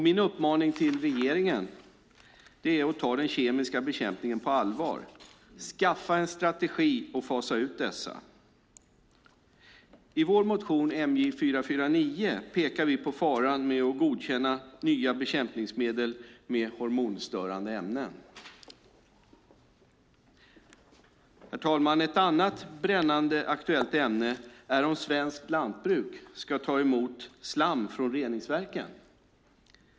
Min uppmaning till regeringen är att ta den kemiska bekämpningen på allvar. Skaffa en strategi för att fasa ut detta! I vår motion MJ449 pekar vi på faran med att godkänna nya bekämpningsmedel med hormonstörande ämnen. Ett annat brännande aktuellt ämne är om svenskt lantbruk ska ta emot slam från reningsverken.